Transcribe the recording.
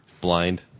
blind